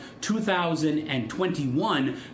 2021